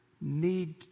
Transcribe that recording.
need